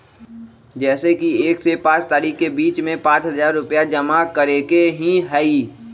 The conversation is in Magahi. जैसे कि एक से पाँच तारीक के बीज में पाँच हजार रुपया जमा करेके ही हैई?